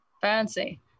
Fancy